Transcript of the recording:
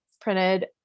printed